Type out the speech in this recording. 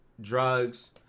drugs